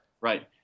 Right